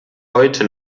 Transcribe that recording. heute